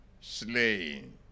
slaying